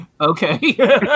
Okay